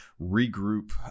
regroup